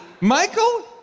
Michael